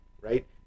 right